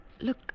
look